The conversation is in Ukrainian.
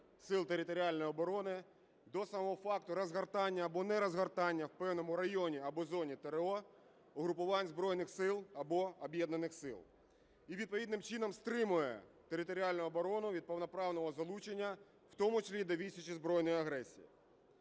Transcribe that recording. Сил територіальної оборони до самого факту розгортання або нерозгортання в певному районі або зоні ТрО, угрупувань Збройних Сил або Об'єднаних сил і відповідним чином стримує територіальну оборону від повноправного залучення, в тому числі і до відсічі збройної агресії.